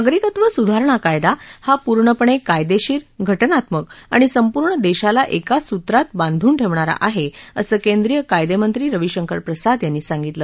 नागरिकत्व सुधारणा कायदा हा पूर्णपणे कायदेशीर घटनात्मक आणि संपूर्ण देशाला एका सूत्रात बांधून ठेवणारा आहे असं केंद्रीय कायदेमंत्री रविशंकर प्रसाद यांनी सांगितलं